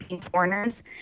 Foreigners